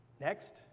Next